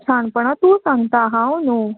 शाणपणां तूं सांगता हांव न्हू